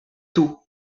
tôt